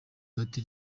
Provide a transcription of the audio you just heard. pati